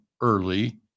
early